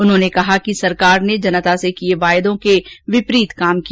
उन्होंने कहा कि सरकार ने जनता से किये वादों के वितरीत काम किया